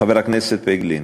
חבר הכנסת פייגלין,